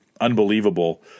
unbelievable